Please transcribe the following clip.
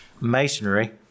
masonry